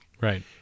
Right